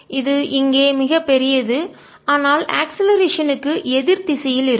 இது இங்கே மிகப் பெரியது ஆனால் அக்ஸ்லரேசன் க்கு முடுக்கம் எதிர் திசையில் இருக்கும்